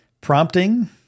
prompting